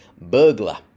burglar